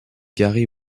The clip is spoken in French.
gary